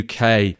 UK